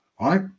right